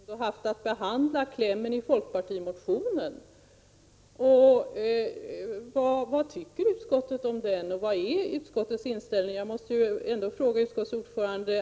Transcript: Herr talman! Nu tycker jag att frågan blev ännu oklarare. Utskottet har väl ändå haft att behandla klämmen i folkpartimotionen? Vad tycker då utskottet om den, och vilken är utskottets inställning?